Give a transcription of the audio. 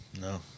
No